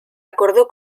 acordó